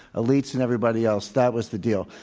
elites and everybody else. that was the deal.